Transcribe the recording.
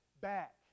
back